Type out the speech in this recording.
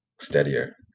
steadier